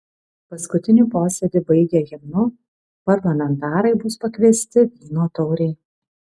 paskutinį posėdį baigę himnu parlamentarai bus pakviesti vyno taurei